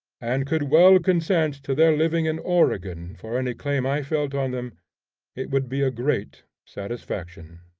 and could well consent to their living in oregon, for any claim i felt on them it would be a great satisfaction.